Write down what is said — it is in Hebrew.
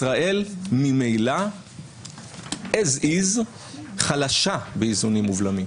ישראל ממילא כפי שהיא חלשה באיזונים ובלמים.